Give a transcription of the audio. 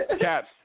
Caps